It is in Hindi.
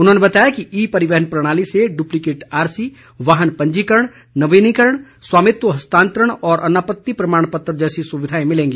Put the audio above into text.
उन्होंने बताया कि ई परिवहन प्रणाली से डुप्लीकेट आरसी वाहन पंजीकरण नवीनीकरण स्वामित्व हस्तांतरण और अनापत्ति प्रमाणपत्र जैसी सुविधाएं मिलेंगी